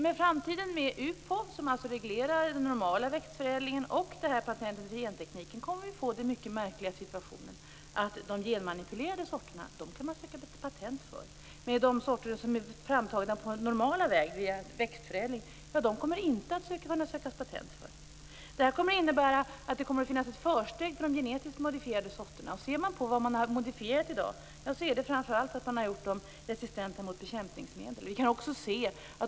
Med UPOV, som alltså reglerar den normala växtförädlingen, och de här patentbestämmelserna för gentekniken kommer vi i framtiden att få den mycket märkliga situationen att man kan söka patent på de genmanipulerade sorterna men inte på sorter som tagits fram på normal väg via växtförädling. Detta innebär att det kommer att finnas ett försteg för de genetiskt manipulerade sorterna. Ser man på vad som modifierats i dag, finner man att sorterna framför allt gjorts resistenta mot bekämpningsmedel.